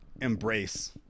embrace